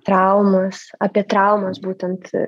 traumas apie traumas būtent